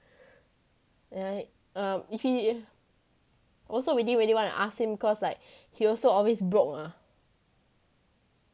uh if he also we didn't really want to ask him cause like he also always broke ah